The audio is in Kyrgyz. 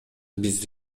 биз